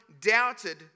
doubted